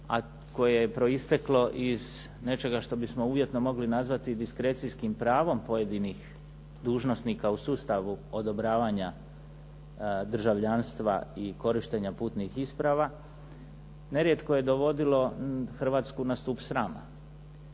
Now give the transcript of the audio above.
a koje je proisteklo iz nečega što bismo uvjetno mogli nazvati diskrecijskim pravom pojedinih dužnosnika u sustavu odobravanja državljanstva i korištenja putnih isprava nerijetko je dovodilo Hrvatsku na stup srama.